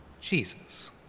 Jesus